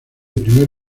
primer